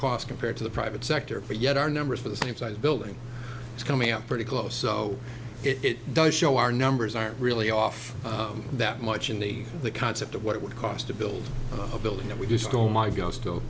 cost compared to the private sector for yet our numbers for the same size building is coming up pretty close so it does show our numbers are really off that much in the the concept of what it would cost to build a building that we just go might go still